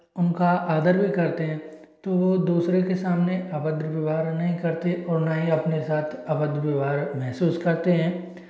उनका आदर भी करते हैं तो वह दूसरे के सामने अभद्र व्यवहार नहीं करते और न ही अपने साथ अभद्र व्यवहार महसूस करते हैं